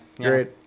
Great